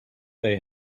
they